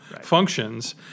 functions